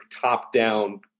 top-down